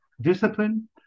discipline